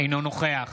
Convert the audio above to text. אינו נוכח